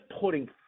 putting